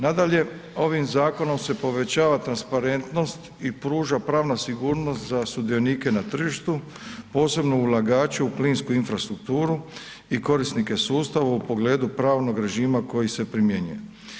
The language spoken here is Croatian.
Nadalje, ovim zakonom se povećava transparentnost i pruža pravna sigurnost za sudionike na tržištu, posebno ulagače u plinsku infrastrukturu i korisnike sustava u pogledu pravnog režima koji se primjenjuje.